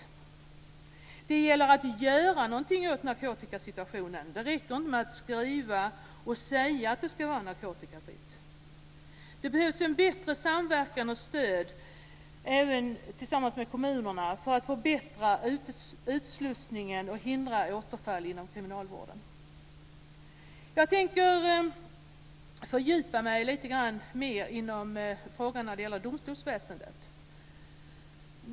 Det gäller att göra någonting åt narkotikasituationen. Det räcker inte med att skriva och säga att det ska vara narkotikafritt. Inom kriminalvården behövs det stöd och en bättre samverkan med kommunerna för att förbättra utslussningen och hindra återfall. Jag tänker fördjupa mig lite mer i frågan om domstolsväsendet.